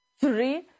three